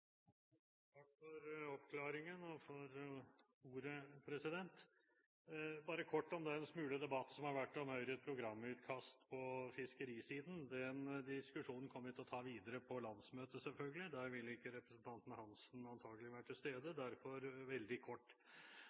Takk for oppklaringen, og for ordet. Bare kort om den smule debatt som har vært om Høyres programutkast på fiskerisiden. Den diskusjonen kommer vi selvfølgelig til å ta videre på landsmøtet. Der vil antagelig ikke representanten Lillian Hansen være til stede. Derfor veldig kort: